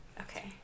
Okay